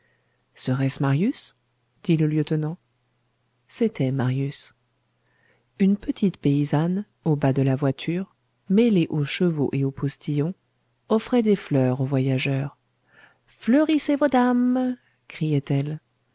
serait-ce marius dit le lieutenant c'était marius une petite paysanne au bas de la voiture mêlée aux chevaux et aux postillons offrait des fleurs aux voyageurs fleurissez vos dames criait-elle